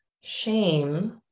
shame